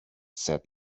said